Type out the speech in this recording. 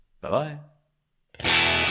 Bye-bye